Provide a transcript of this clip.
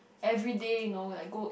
everyday know like go